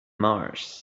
mars